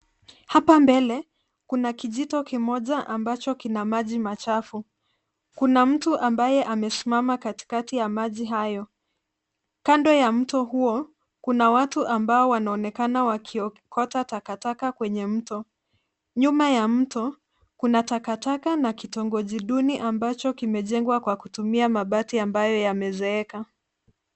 Hapa mbele kuna kijito kimoja ambacho kina maji machafu. Kuna mtu ambaye amesimama katikati ya maji hayo. Kando ya mto huo kuna watu ambao wanaonekana wakiokota takataka kwenye mto huo. Nyuma ya mto huo, kuna takataka na kitongoji duni ambacho kimejengwa kwa kutumia mabati ambayo yamezeeka.